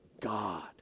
God